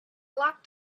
locked